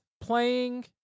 playing